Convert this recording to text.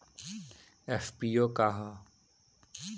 FPO का ह?